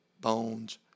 bones